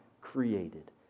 created